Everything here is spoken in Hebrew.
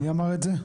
מי אמר את זה?